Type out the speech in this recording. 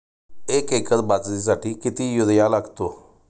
एक एकर बाजरीसाठी किती युरिया लागतो?